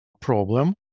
problem